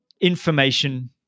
information